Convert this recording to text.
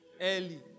Early